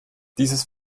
dieses